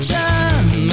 time